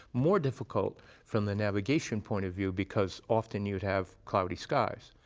more difficult from the navigation point of view, because often you would have cloudy skies.